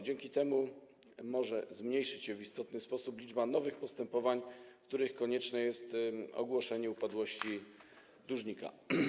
Dzięki temu może zmniejszyć się w istotny sposób liczba nowych postępowań, w których konieczne jest ogłoszenie upadłości dłużnika.